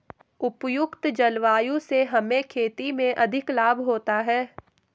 उपयुक्त जलवायु से हमें खेती में अधिक लाभ होता है